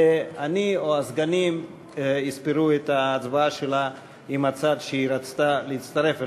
ואני או הסגנים נספור את ההצבעה שלה עם הצד שהיא רצתה להצטרף אליו.